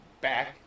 back